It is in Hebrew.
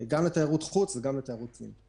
גם לתיירות חוץ וגם לתיירות פנים.